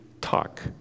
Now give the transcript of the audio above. talk